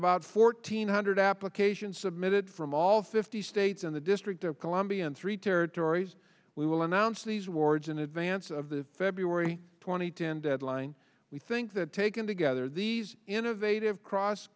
about fourteen hundred applications submitted from all fifty states in the district of columbia and three territories we will announce these awards in advance of the february two thousand and ten deadline we think that taken together these innovative cross